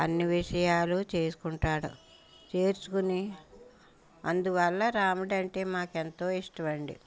అన్ని విషయాలు చేసుకుంటాడు చేర్చుకుని అందువల్ల రాముడంటే మాకు ఎంతో ఇష్టమండి